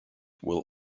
will